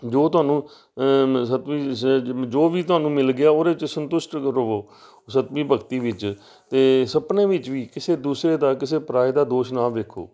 ਜੋ ਤੁਹਾਨੂੰ ਜੋ ਵੀ ਤੁਹਾਨੂੰ ਮਿਲ ਗਿਆ ਉਹਦੇ 'ਚ ਸੰਤੁਸ਼ਟ ਰਹੋ ਸੱਤਵੀਂ ਭਗਤੀ ਵਿੱਚ ਅਤੇ ਸਪਨੇ ਵਿੱਚ ਵੀ ਕਿਸੇ ਦੂਸਰੇ ਦਾ ਕਿਸੇ ਪਰਾਏ ਦਾ ਦੋਸ਼ ਨਾ ਦੇਖੋ